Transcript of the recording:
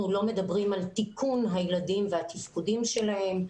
לא מדברים על תיקון הילדים והתפקודים שלהם,